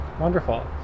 Wonderful